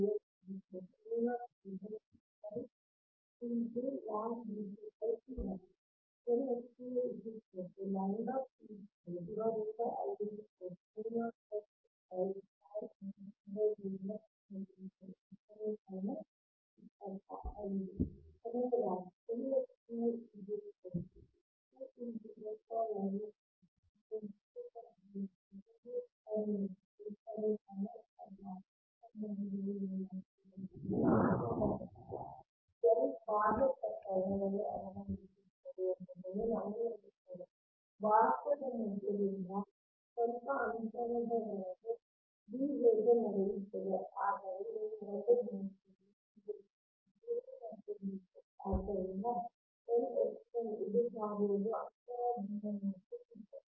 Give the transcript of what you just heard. ಇದು ಸಮೀಕರಣ 25 ಕೊನೆಯದಾಗಿ ಹೆನ್ರಿ ಪರ್ ಮೀಟರ್ ಇದು ಸಮೀಕರಣ 26 ಈ ಸಂದರ್ಭದಲ್ಲಿ ಏನಾಗಿದೆ ಎಂಬುದನ್ನು ನಾವು ನೋಡಬಹುದು L ಬಾಹ್ಯ ಪ್ರಕರಣವನ್ನ ಅವಲಂಬಿಸಿರುತ್ತದೆ ಎಂಬುದನ್ನು ನಾವು ನೋಡುತ್ತೇವೆ ವಾಹಕದ ಮಧ್ಯದಿಂದ ಸ್ವಲ್ಪ ಅಂತರದವರೆಗೆ D ಹೇಗೆ ನಡೆಯುತ್ತದೆ ಆದರೆ ನೀವು 2 ಬಿಂದುಗಳನ್ನು ಹೊಂದಿರುತ್ತದೆ D 1 ಮತ್ತು D 2 ಆದ್ದರಿಂದ L ಎಕ್ಸ್ಟರ್ನಲ್ ಇದರ ಕಾರ್ಯವು ಅಂತರ D1 ಮತ್ತು D2